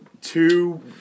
two